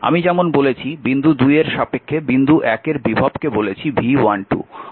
আমি যেমন বলেছি বিন্দু 2 এর সাপেক্ষে বিন্দু 1 এর বিভবকে বলেছি V12